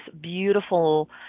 beautiful